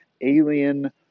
Alien